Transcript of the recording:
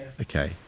okay